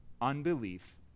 Unbelief